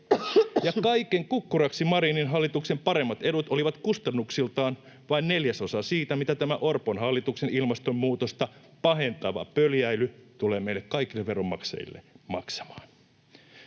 Kaiken kukkuraksi Marinin hallituksen paremmat edut olivat kustannuksiltaan vain neljäsosa siitä, mitä tämä Orpon hallituksen ilmastonmuutosta pahentava pöljäily tulee meille kaikille veronmaksajille maksamaan.